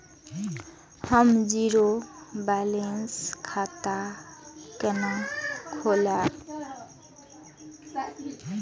हम zero balance खाता केना खोलाब?